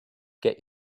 get